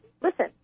listen